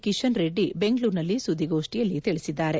ಕಿಶನ್ ರೆಡ್ಡಿ ಬೆಂಗಳೂರಿನಲ್ಲಿ ಸುದ್ದಿಗೋಷ್ಣಿಯಲ್ಲಿ ತಿಳಿಸಿದ್ದಾರೆ